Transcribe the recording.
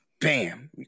Bam